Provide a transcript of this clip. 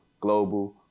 global